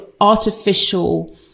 artificial